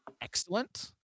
excellent